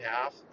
half